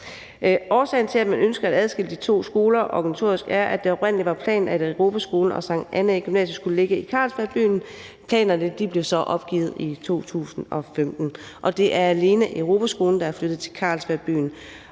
Årsagen til, at man ønsker at adskille de to skoler organisatorisk, er, at det oprindelig var planen, at Europaskolen og Sankt Annæ Gymnasium skulle ligge i Carlsberg Byen. Planerne blev så opgivet i 2015, og det er alene Europaskolen, der er flyttet til Carlsberg Byen.